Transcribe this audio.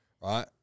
Right